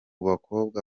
bakobwa